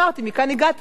מכאן הגעתי לזה,